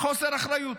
חוסר אחריות.